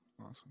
awesome